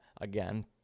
again